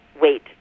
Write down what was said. wait